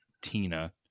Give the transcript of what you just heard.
tina